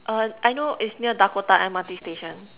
uh I know it's near Dakota M_R_T station